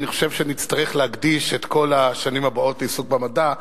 אני חושב שנצטרך להקדיש את כל השנים הבאות לעיסוק במדע,